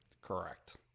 Correct